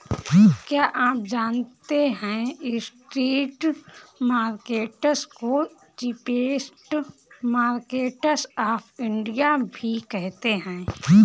क्या आप जानते है स्ट्रीट मार्केट्स को चीपेस्ट मार्केट्स ऑफ इंडिया भी कहते है?